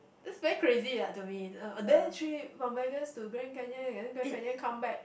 it's very crazy ya to me uh a day trip from Vegas to Grand Canyon and then Grand Canyon come back